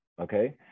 okay